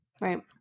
Right